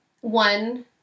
one